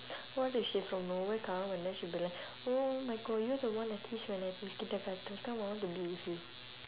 what if she from nowhere come out and then she'll be like oh neko you're the one I kiss when I in kindergarten come I want to be with you